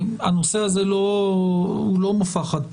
הנושא הזה לא מופע חד פעמי,